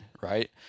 Right